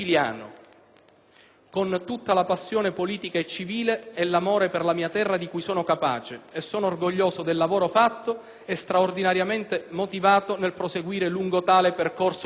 con tutta la passione politica e civile e l'amore per la mia terra di cui sono capace, e sono orgoglioso del lavoro fatto e straordinariamente motivato nel proseguire lungo tale percorso virtuoso.